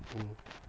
mm